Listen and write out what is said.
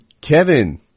Kevin